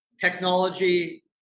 technology